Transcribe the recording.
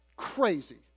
crazy